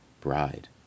bride